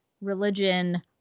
religion